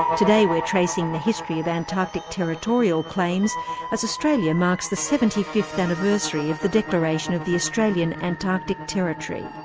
today we're tracing the history of antarctic territorial claims as australia marks the seventy fifth anniversary of the declaration of the australian antarctic territory.